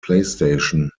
playstation